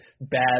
bad